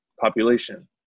population